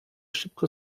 szybko